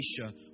Elisha